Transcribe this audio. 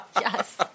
Yes